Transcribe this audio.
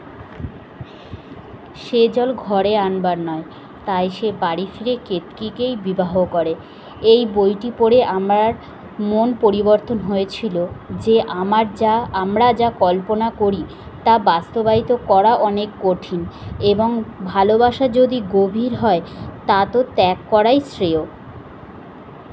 সে জল ঘরে আনবার নয় তাই সে বাড়ি ফিরে কেতকীকেই বিবাহ করে এই বইটি পড়ে আমরার মন পরিবর্তন হয়েছিলো যে আমার যা আমরা যা কল্পনা করি তা বাস্তবায়িত করা অনেক কঠিন এবং ভালোবাসা যদি গভীর হয় তা তো ত্যাগ করাই শ্রেয়